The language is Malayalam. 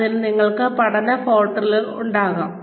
ഇതിൽ നിങ്ങൾക്ക് പഠന പോർട്ടലുകൾ ഉണ്ടായിരിക്കാം